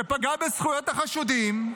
שפגע בזכויות החשודים,